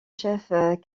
chef